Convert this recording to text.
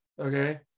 Okay